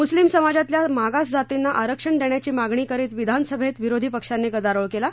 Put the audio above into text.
मुस्लिम समाजातल्या मागास जातींना आरक्षण देण्याची मागणी करीत विधान सभेत विरोधी पक्षांनी गदारोळ केला